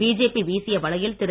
BJP வீசிய வலையில் திரு